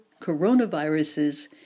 coronaviruses